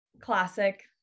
Classic